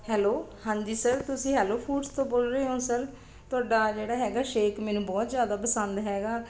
hello ਹਾਂਜੀ sir ਤੁਸੀਂ hello foods ਤੋਂ ਬੋਲ ਰਹੇ ਹੋ ਸਰ ਤੁਹਾਡਾ ਜਿਹੜਾ ਹੈਗਾ ਸ਼ੇਕ ਮੈਨੂੰ ਬਹੁਤ ਜ਼ਿਆਦਾ ਪਸੰਦ ਹੈਗਾ